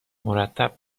مرتب